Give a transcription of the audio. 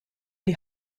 die